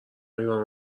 ایران